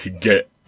get